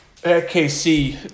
KC